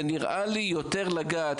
נראה לי שצריך יותר לגעת.